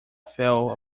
fell